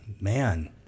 man